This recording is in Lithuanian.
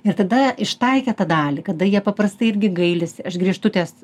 ir tada ištaikę tą dalį kada jie paprastai irgi gailisi aš grįžtu ties